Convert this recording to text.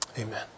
Amen